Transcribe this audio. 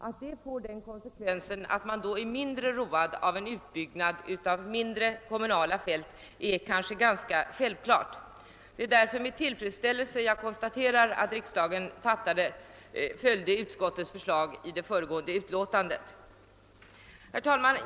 Att konsekvensen blir att verket därmed är mindre intresserat av en utbyggnad av mindre, kommunala fält är kanske ganska självklart. Det är därför med tillfredsställelse jag konstaterar att riksdagen följde utskottets förslag i det föregående utlåtandet. Herr talman!